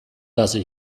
lasse